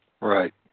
Right